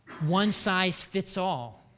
one-size-fits-all